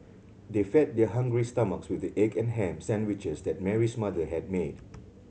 they fed their hungry stomachs with the egg and ham sandwiches that Mary's mother had made